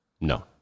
no